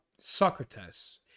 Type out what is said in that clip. Socrates